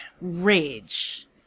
Rage